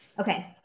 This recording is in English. okay